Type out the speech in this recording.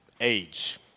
age